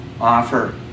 offer